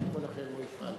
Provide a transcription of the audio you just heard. איזה רמקול אחר לא יפעל.